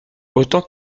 autant